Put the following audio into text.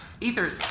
Ether